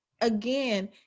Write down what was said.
again